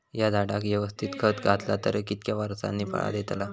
हया झाडाक यवस्तित खत घातला तर कितक्या वरसांनी फळा दीताला?